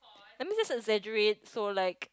let me just exaggerate so like